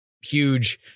huge